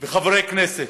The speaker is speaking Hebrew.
חברי הכנסת,